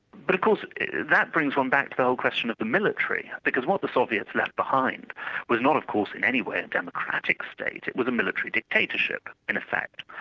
but of course that brings one back to the whole question of the military, because what the soviets left behind was not of course in any way a democratic state, it was a military dictatorship in effect,